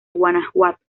guanajuato